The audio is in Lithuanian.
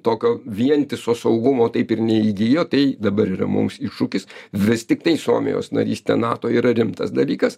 tokio vientiso saugumo taip ir neįgijo tai dabar yra mums iššūkis vis tiktai suomijos narystė nato yra rimtas dalykas